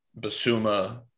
Basuma